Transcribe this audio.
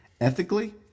Ethically